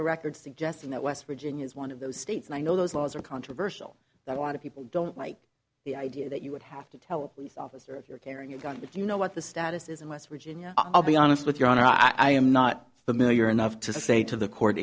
the record suggesting that west virginia is one of those states and i know those laws are controversial that a lot of people don't like the idea that you would have to tell a police officer if you're carrying a gun but you know what the status is in west virginia i'll be honest with your honor i am not familiar enough to say to the court